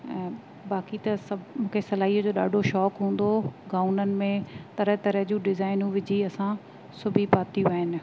ऐं बाक़ी त सभु मूंखे सिलाई जो ॾाढो शौंक़ु हूंदो हो गाउननि में तरह तरह जूं डिजाइनूं विझी असां सिबी पातियूं आहिनि